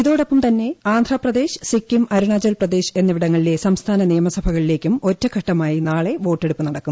ഇതോടൊപ്പം തന്നെ ആന്ധ്രാപ്രദേശ് സിക്കിം അരുണാചൽ പ്രദേശ് എന്നിവിടങ്ങളിലെ സംസ്ഥാന നിയമസഭകളിലേക്കും ഒറ്റഘട്ടമായി നാളെ വോട്ടെടുപ്പ് നടക്കും